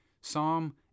Psalm